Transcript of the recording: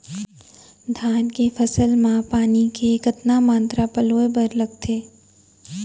धान के फसल म पानी के कतना मात्रा पलोय बर लागथे?